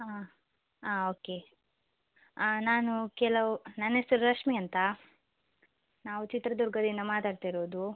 ಹಾಂ ಹಾಂ ಓಕೆ ನಾನು ಕೆಲವು ನನ್ನ ಹೆಸ್ರು ರಶ್ಮಿ ಅಂತ ನಾವು ಚಿತ್ರದುರ್ಗದಿಂದ ಮಾತಾಡ್ತಿರೋದು